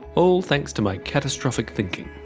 all thanks to my catastrophic thinking.